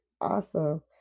awesome